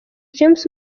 james